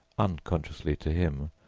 unconsciously to him,